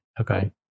Okay